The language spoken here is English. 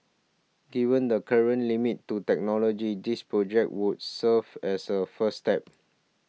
given the current limits to technology this project would serve as a first step